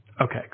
Okay